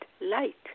light